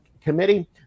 committee